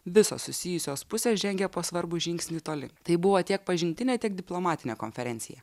visos susijusios pusės žengia po svarbų žingsnį toli tai buvo tiek pažintinė tiek diplomatinė konferencija